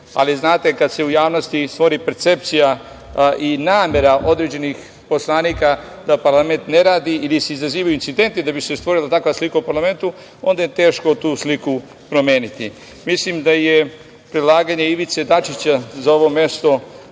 ali znate, kada se u javnosti svodi percepcija i namera određenih poslanika da parlament ne radi ili se izazivaju incidenti da bi se stvorila takva slika o parlamentu, onda je teško tu sliku promeniti. Mislim da je predlaganje Ivice Dačića za ovo mesto